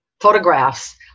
photographs